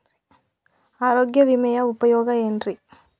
ಆರೋಗ್ಯ ವಿಮೆಯ ಉಪಯೋಗ ಏನ್ರೀ?